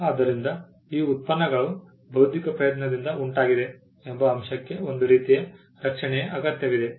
ಆದ್ದರಿಂದ ಈ ಉತ್ಪನ್ನಗಳು ಬೌದ್ಧಿಕ ಪ್ರಯತ್ನದಿಂದ ಉಂಟಾಗಿದೆ ಎಂಬ ಅಂಶಕ್ಕೆ ಒಂದು ರೀತಿಯ ರಕ್ಷಣೆಯ ಅಗತ್ಯವಿದೆ